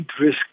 risk